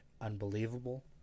unbelievable